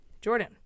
Jordan